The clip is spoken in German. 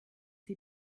die